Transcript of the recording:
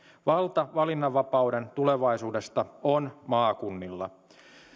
valta valinnanvapauden tulevaisuudesta on maakunnilla